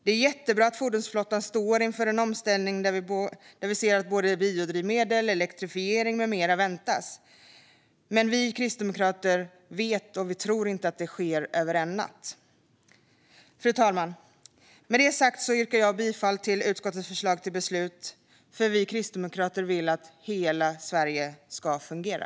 Det är jättebra att fordonsflottan står inför en omställning där biodrivmedel, elektrifiering med mera väntas. Men vi kristdemokrater tror inte att detta sker över en natt. Fru talman! Med detta sagt yrkar jag bifall till utskottets förslag till beslut. Vi kristdemokrater vill att hela Sverige ska fungera.